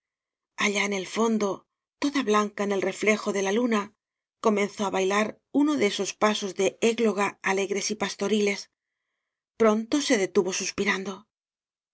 allá en el fondo toda blanca en el reflejo de la luna comenzó a bailar uno je esos pa sos de égloga alegres y pastoriles pronto se detuvo suspirando